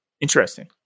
Interesting